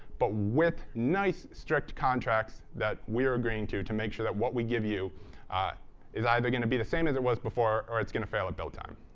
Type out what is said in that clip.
but with nice, strict contracts that we're agreeing to, to make sure that what we give you ah is either going to be the same as it was before or it's going to fail at build time.